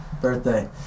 Birthday